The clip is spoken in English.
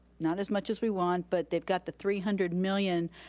not as much as we want, but they've got the three hundred million,